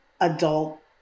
adult